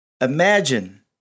imagine